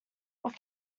what